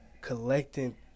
collecting